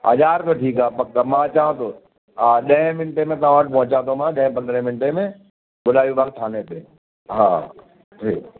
हज़ार रुपियो ठीकु आहे पक्क मां अचांव थो हा ॾहे मिनटे में तव्हां वटि पहुंचा थो मां ॾहे पंद्रहें मिनटे में गुलाबी बाग थाने ते हा हा जी